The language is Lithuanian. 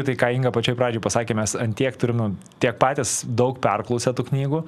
tai ką inga pačioj pradžioj pasakė mes ant tiek turim tiek patys daug perklausę tų knygų